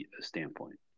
standpoint